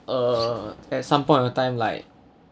uh at some point of time like